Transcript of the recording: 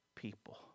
people